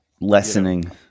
lessening